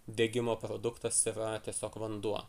degimo produktas yra tiesiog vanduo